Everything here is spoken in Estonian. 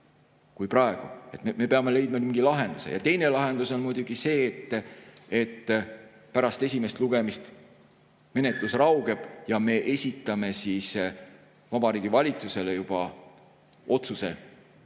kui praegu. Me peame leidma mingi lahenduse. Teine lahendus on muidugi see, et pärast esimest lugemist menetlus raugeb ja me esitame Vabariigi Valitsusele otsuse eelnõu,